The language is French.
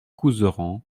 couserans